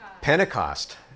Pentecost